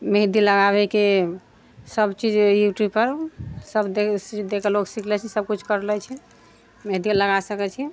मेहन्दी लगाबेके सब चीज यूट्यूब पर सब देखिके लोक सीख लैत छै सब किछु कर लै छै मेहदियो लगा सकैत छियै